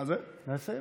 מה זה, למה לסיים?